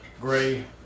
gray